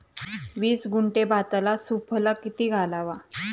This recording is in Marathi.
वीस गुंठे भाताला सुफला किती घालावा?